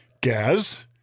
Gaz